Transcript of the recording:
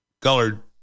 Colored